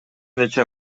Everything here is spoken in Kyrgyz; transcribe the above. нече